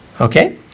Okay